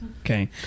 Okay